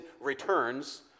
returns